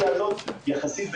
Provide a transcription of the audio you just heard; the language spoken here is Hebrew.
יש לנו